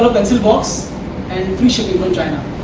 ah pencil box and free shipping from china